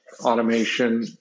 Automation